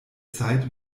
zeit